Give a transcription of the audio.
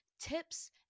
tips